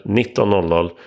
19.00